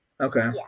Okay